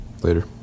Later